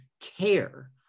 care